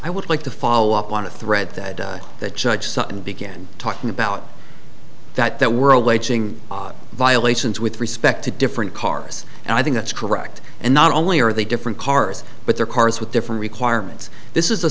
i would like to follow up on a thread that that judge sutton began talking about that were alleging violations with respect to different cars and i think that's correct and not only are they different cars but their cars with different requirements this is